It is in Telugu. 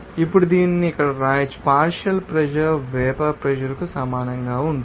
ఇప్పుడు దీనిని ఇక్కడ వ్రాయవచ్చు పార్షియల్ ప్రెషర్ వేపర్ ప్రెషర్ సమానంగా ఉంటుంది